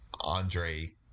Andre